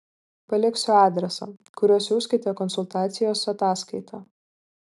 paliksiu adresą kuriuo siųskite konsultacijos ataskaitą